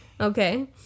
Okay